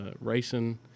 racing